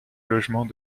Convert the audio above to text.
logement